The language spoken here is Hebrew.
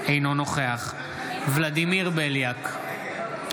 אינו נוכח ולדימיר בליאק,